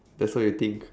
that's what you think